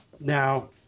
Now